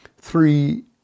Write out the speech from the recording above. three